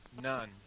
None